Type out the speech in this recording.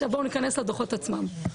עכשיו בואו ניכנס לדו"חות עצמם.